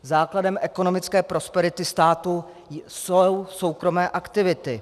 Základem ekonomické prosperity státu jsou soukromé aktivity.